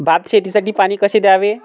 भात शेतीसाठी पाणी कसे द्यावे?